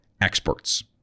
experts